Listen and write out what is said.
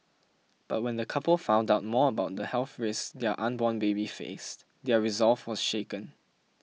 but when the couple found out more about the health raise their unborn baby faced their resolve was shaken